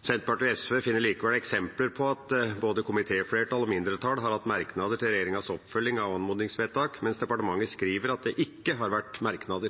Senterpartiet og SV finner likevel eksempler på at både komitéflertall og -mindretall har hatt merknader til regjeringas oppfølging av anmodningsvedtak, mens departementet skriver at det ikke har vært merknader.